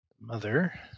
mother